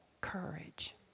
courage